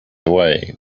away